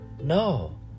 No